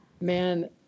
man